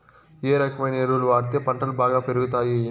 ఏ రకమైన ఎరువులు వాడితే పంటలు బాగా పెరుగుతాయి?